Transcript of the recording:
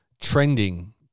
trending